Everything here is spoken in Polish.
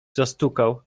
zastukał